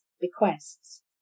bequests